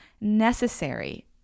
necessary